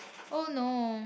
oh no